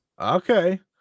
Okay